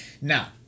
Now